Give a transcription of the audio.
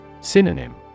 Synonym